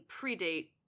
predate